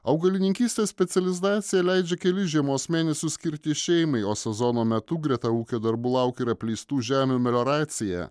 augalininkystės specializacija leidžia kelis žiemos mėnesius skirti šeimai o sezono metu greta ūkio darbų laukia ir apleistų žemių melioracija